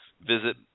visit